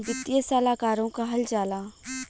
वित्तीय सलाहकारो कहल जाला